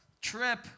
trip